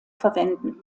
verwenden